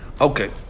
Okay